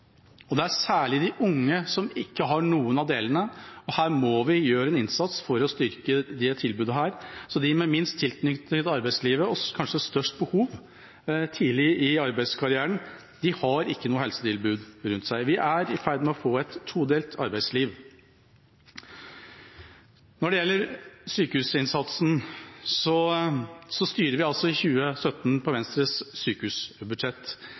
helseforsikring. Det er særlig de unge som ikke har noen av delene, og her må vi gjøre en innsats for å styrke det tilbudet. Så de med minst tilknytning til arbeidslivet, og som kanskje har størst behov tidlig i arbeidskarrieren, har ikke noe helsetilbud. Vi er i ferd med å få et todelt arbeidsliv. Når det gjelder sykehusinnsatsen, styrer vi i 2017 på Venstres sykehusbudsjett.